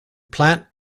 plant